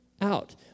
out